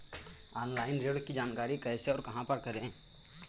Online ऋण की जानकारी कैसे और कहां पर करें?